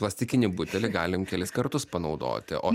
plastikinį butelį galim kelis kartus panaudoti o